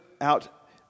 out